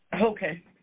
Okay